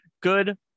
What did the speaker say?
good